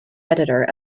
editor